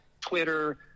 Twitter